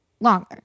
longer